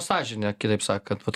sąžine kitaip sakant vat